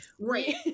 right